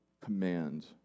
command